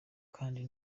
kandi